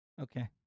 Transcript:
Okay